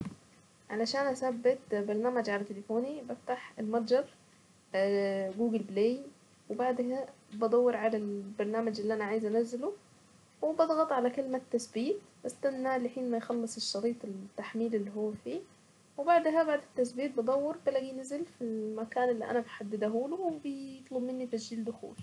علشان اثبت برنامج على تليفوني بفتح المتجر اه جوجل بلاي وبعد كدة بدور على البرنامج اللي انا عايزة انزله وبضغط على كلمة تثبيت، بستنى لحين ما يخلص الشريط التحميل اللي هو فيه وبعدها بعد التثبيت بدور بلاقيه نزل في المكان اللي انا محددهوله وبيطلب مني تسجيل دخول.